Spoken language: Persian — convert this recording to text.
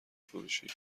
فروشی